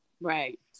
Right